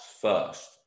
first